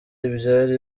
ibyari